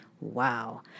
wow